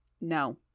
No